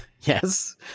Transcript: Yes